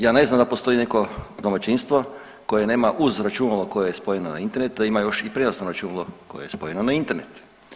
Ja ne znam da postoji neko domaćinstvo koje nema uz računalo koje je spojeno na internet da ima još i prijenosno računalo koje je spojeno na internet.